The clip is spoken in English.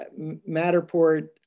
Matterport